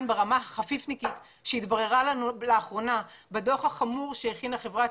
ברמה חפיפניקית שהתבררה לנו לאחרונה בדוח החמור שהכינה חברת